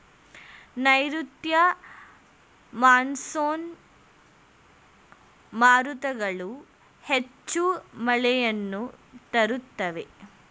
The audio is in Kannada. ನೈರುತ್ಯ ಮಾನ್ಸೂನ್ ಮಾರುತಗಳು ಹೆಚ್ಚು ಮಳೆಯನ್ನು ತರುತ್ತವೆ